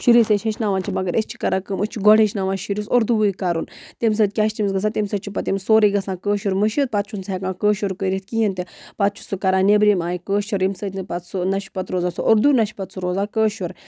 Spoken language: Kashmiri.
شُرِس أسۍ ہیچھناوان چھِ مگر أسۍ چھِ کَران کٲم أسۍ چھِ گۅڈٕ ہیٚچھناوان شُرِس اُردوٕے کَرُن تَمہِ سٍتۍ کیٛاہ چھُ تٔمِس گژھان تَمہِ سۭتۍ چھُ پَتہٕ تٔمِس سورُے گژھان کٲشُر مٔشِتھ پَتہٕ چھُنہٕ سُہ ہیٚکان کٲشُر کٔرِتھ کِہیٖنٛۍ تہِ پَتہٕ چھُ سُہ کَران نیٚبرِمن آیہِ کٲشُر ییٚمہِ سۭتۍ نہٕ پَتہٕ سُہ نہَ چھُ پَتہٕ روزان اُردو نہَ چھُ پَتہٕ سُہ روزان کٲشُر